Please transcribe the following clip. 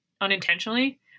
unintentionally